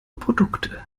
produkte